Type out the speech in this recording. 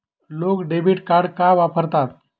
लोक debit card का वापरतात?